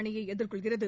அணியை எதிர்கொள்கிறது